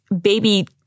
baby